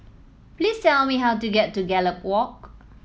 please tell me how to get to Gallop Walk